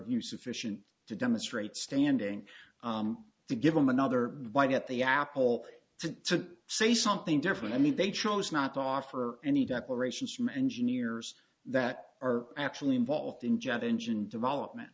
view sufficient to demonstrate standing to give them another bite at the apple to say something different i mean they chose not to offer any declarations from engineers that are actually involved in jet engine development